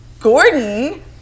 Gordon